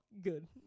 Good